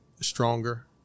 stronger